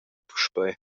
puspei